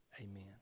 Amen